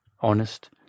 honest